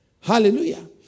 Hallelujah